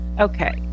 okay